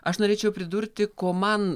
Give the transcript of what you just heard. aš norėčiau pridurti ko man